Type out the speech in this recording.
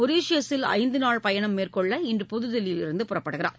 மொரிஷீயஸில் ஐந்துநாள் பயணம் மேற்கொள்ள இன்று புதுதில்லியிலிருந்து புறப்படுகிறார்